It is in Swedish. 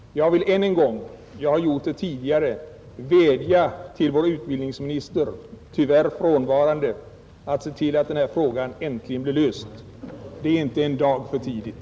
Jag vill än en gång — jag har gjort det tidigare — vädja till vår utbildningsminister att se till att den här frågan äntligen blir löst. Det är inte en dag för tidigt!